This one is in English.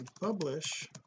publish